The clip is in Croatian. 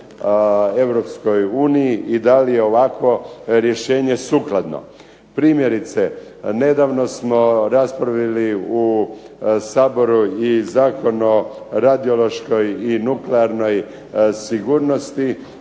uređeno EU i da li je ovako rješenje sukladno. Primjerice, nedavno smo raspravljali u Saboru i Zakon o radiološkoj i nuklearnoj sigurnosti